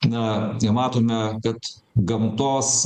na matome kad gamtos